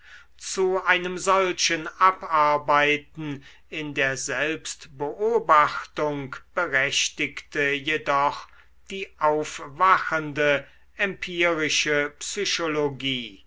zu einem solchen abarbeiten in der selbstbeobachtung berechtigte jedoch die aufwachende empirische psychologie